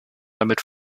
damit